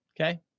Okay